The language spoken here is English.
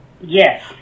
Yes